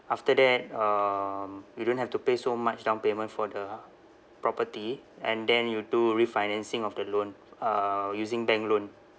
after that um you don't have to pay so much down payment for the property and then you do refinancing of the loan uh using bank loan